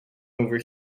over